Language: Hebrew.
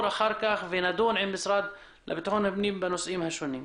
אחר כך ונדון עם המשרד לביטחון פנים בנושאים השונים.